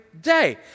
day